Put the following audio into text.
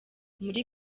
muri